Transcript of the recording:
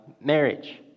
marriage